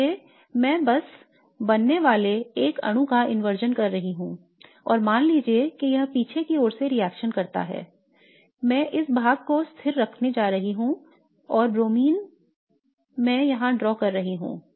इसलिए मैं बस बनने वाले एक अणु का इंवर्जन कर रहा हूं और मान लीजिए कि यह पीछे की ओर से रिएक्शन करता है मैं इस भाग को स्थिर रखने जा रहा हूं और Br मैं यहां ड्रॉ कर रहा हूं